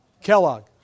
Kellogg